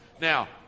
Now